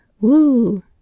Woo